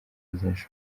ntashobora